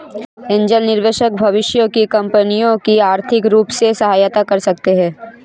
angel निवेशक भविष्य की कंपनियों की आर्थिक रूप से सहायता कर सकते हैं